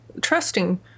trusting